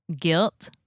guilt